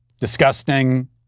disgusting